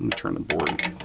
um turn the board.